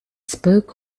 spoke